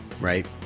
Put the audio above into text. right